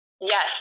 Yes